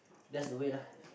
that's the way lah